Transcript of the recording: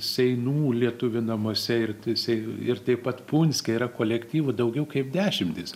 seinų lietuvių namuose ir sei ir taip pat punske yra kolektyvų daugiau kaip dešimtys